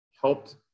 helped